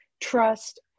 trust